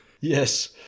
Yes